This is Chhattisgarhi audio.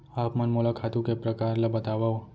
आप मन मोला खातू के प्रकार ल बतावव?